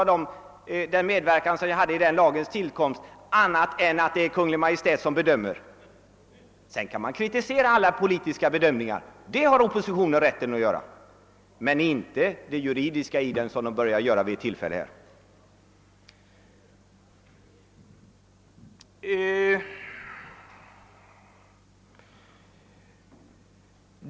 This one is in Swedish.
Alla politiska bedömningar kan naturligtvis kritiseras, och det har oppositionen rätt att göra. Man kan emellertid inte, såsom man från det hållet under debatten försökt, ifrågasätta regeringens juridiska befogenhet att handla efter sina bedömningar.